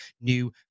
new